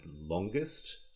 longest